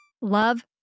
Love